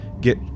get